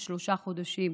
יש שלושה חודשים,